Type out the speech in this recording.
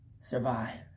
survive